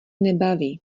nebaví